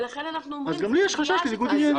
ולכן אנחנו אומרים שצריך --- אז גם לי יש חשש לניגוד עניינים.